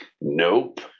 nope